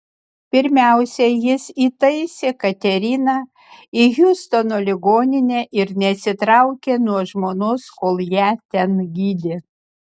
pirmiausia jis įtaisė kateriną į hjustono ligoninę ir nesitraukė nuo žmonos kol ją ten gydė